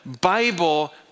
Bible